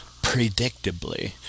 predictably